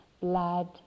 blood